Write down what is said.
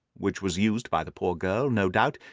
which was used by the poor girl, no doubt,